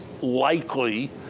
likely